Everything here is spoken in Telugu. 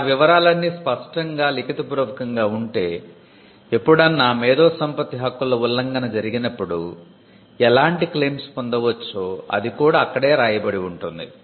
అలా వివరాలన్నీ స్పష్టంగా లిఖితపూర్వకంగా ఉంటే ఎప్పుడన్నా మేధోసంపత్తి హక్కుల ఉల్లంఘన జరిగినప్పుడు ఎలాంటి క్లెయిమ్స్ పొందవచ్చో అది కూడా అక్కడే రాయబడి ఉంటుంది